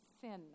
sin